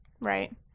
Right